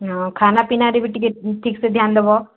ହଁ ଖାନାପିନାରେ ବି ଟିକେ ଠିକ୍ସେ ଧ୍ୟାନ୍ ଦେବ